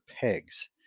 pegs